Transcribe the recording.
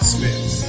Smith